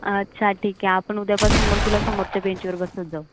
अच्छा ठीक आहे आपण उदयापासून मग तुला समोरच्या बेंचवर बसवत जाऊ